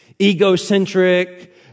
egocentric